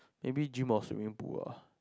maybe gym or swimming pool ah